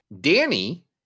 Danny